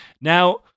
Now